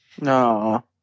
No